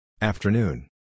Afternoon